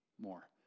more